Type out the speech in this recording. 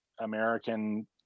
american